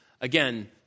Again